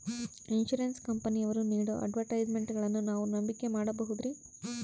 Insurance ಕಂಪನಿಯವರು ನೇಡೋ ಅಡ್ವರ್ಟೈಸ್ಮೆಂಟ್ಗಳನ್ನು ನಾವು ನಂಬಿಕೆ ಮಾಡಬಹುದ್ರಿ?